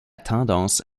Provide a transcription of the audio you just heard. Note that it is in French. tendance